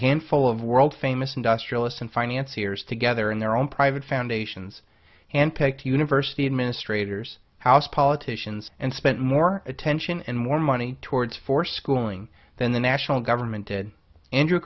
handful of world famous industrialists in finance years together in their own private foundations and picked university administrators house politicians and spent more attention and more money towards for schooling than the national government did andrew